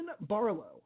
Barlow